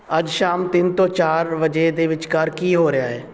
ਅੱਜ ਸ਼ਾਮ ਤਿੰਨ ਤੋਂ ਚਾਰ ਵਜੇ ਦੇ ਵਿਚਕਾਰ ਕੀ ਹੋ ਰਿਹਾ ਹੈ